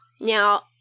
Now